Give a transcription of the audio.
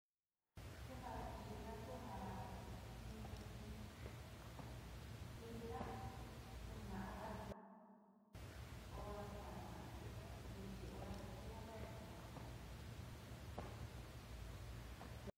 Su ja kixida ku ja ni kixida una hora o hasta uxi hora suka tu kixida.